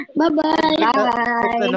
bye-bye